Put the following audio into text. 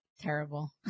terrible